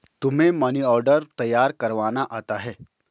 तुम्हें money order तैयार करवाना आता है?